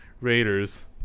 Raiders